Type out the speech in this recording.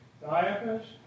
diapers